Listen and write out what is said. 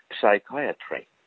psychiatry